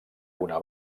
una